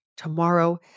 tomorrow